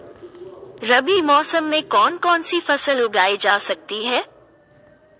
रबी मौसम में कौन कौनसी फसल उगाई जा सकती है?